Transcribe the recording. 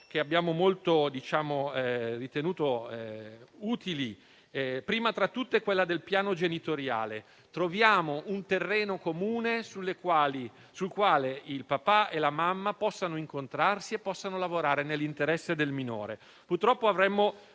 che abbiamo ritenuto molto utili, prima tra tutte quella del piano genitoriale: troviamo un terreno comune sul quale il papà e la mamma possano incontrarsi e lavorare nell'interesse del minore. Purtroppo avremmo